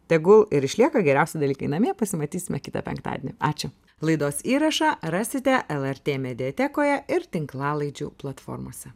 tegul ir išlieka geriausi dalykai namie pasimatysime kitą penktadienį ačiū laidos įrašą rasite lrt mediatekoje ir tinklalaidžių platformose